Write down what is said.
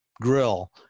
grill